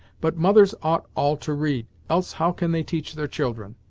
but mothers ought all to read, else how can they teach their children?